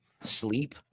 Sleep